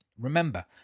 Remember